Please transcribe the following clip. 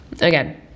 again